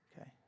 Okay